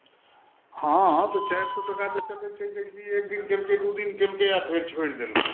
हँ हँ तऽ चारि सए टका तऽ चलैत छै जेकि एक दिन गेलियै दू दिन गेलियै आ फेर छोड़ि देलियै